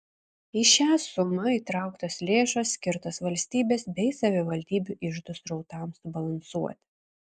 į šią sumą įtrauktos lėšos skirtos valstybės bei savivaldybių iždų srautams subalansuoti